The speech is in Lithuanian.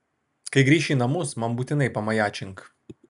kai grįši į namus man būtinai pamajačink